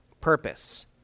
purpose